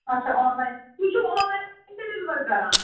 اچھا online تُہۍ چھُو آن لایِن تہِ ڈیلِوَو کران